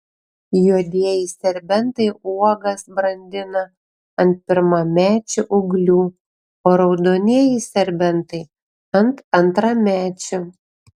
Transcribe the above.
juodieji serbentai uogas brandina ant pirmamečių ūglių o raudonieji serbentai ant antramečių